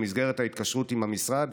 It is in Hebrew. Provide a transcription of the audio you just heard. במסגרת ההתקשרות עם המשרד,